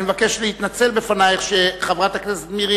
אני מבקש להתנצל בפנייך על שחברת הכנסת מירי